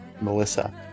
Melissa